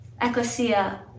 Ecclesia